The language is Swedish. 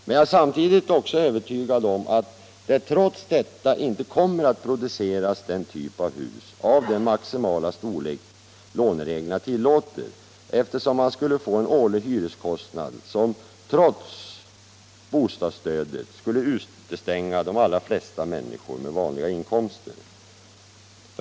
Men jag är samtidigt övertygad om att det trots detta inte kommer att produceras den typen av hus av den maximala storlek lånereglerna tillåter, eftersom man skulle få en årlig hyreskostnad som trots bostadsstödet skulle utestänga de allra flesta människor med vanliga inkomster.